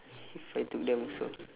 if I took them also